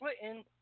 Clinton